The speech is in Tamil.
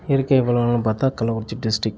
இயற்கை வளங்கள்னு பார்த்தா கள்ளக்குறிச்சி டிஸ்ட்ரிக்ட்